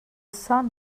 sun